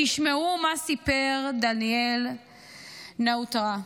תשמעו מה סיפר דניאל נאוטרה,